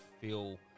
feel